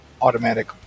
automatic